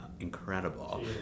incredible